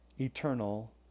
eternal